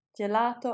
gelato